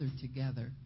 together